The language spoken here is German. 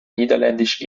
niederländisch